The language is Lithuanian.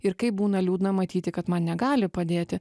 ir kaip būna liūdna matyti kad man negali padėti